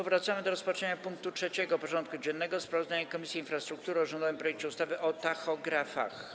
Powracamy do rozpatrzenia punktu 3. porządku dziennego: Sprawozdanie Komisji Infrastruktury o rządowym projekcie ustawy o tachografach.